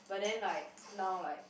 but then like now like